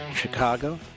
Chicago